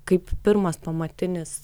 kaip pirmas pamatinis